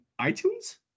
iTunes